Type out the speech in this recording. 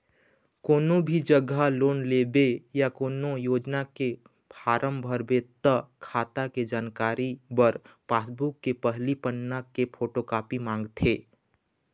कोनो भी जघा लोन लेबे या कोनो योजना के फारम भरबे त खाता के जानकारी बर पासबूक के पहिली पन्ना के फोटोकापी मांगथे